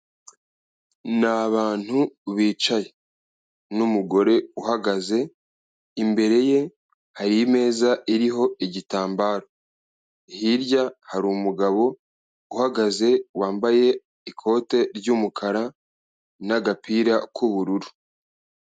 Ni abantu bicaye n'umugore uhagaze imbere ye hari imeza iriho igitambaro, hirya hari umugabo uhagaze wambaye ikote ry'umukara n'agapira k'ubururu.